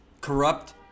corrupt